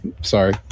Sorry